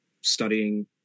studying